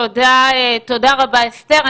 תודה רבה, אסתר.